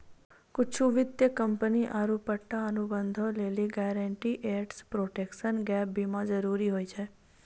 कुछु वित्तीय कंपनी आरु पट्टा अनुबंधो लेली गारंटीड एसेट प्रोटेक्शन गैप बीमा जरुरी होय छै